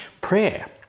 Prayer